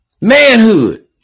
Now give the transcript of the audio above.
Manhood